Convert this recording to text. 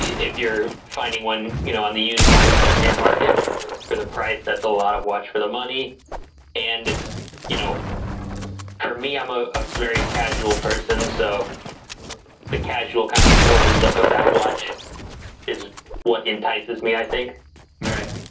if you're finding one you know on the used market secondhand market for the price that's a lot of watch for the money and it's you know for me i'm ah a very casual person so the casual kind of sporty look of that watch is what entices me i think all right